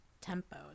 tempo